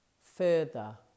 further